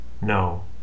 No